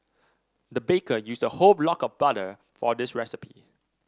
the baker used a whole block of butter for this recipe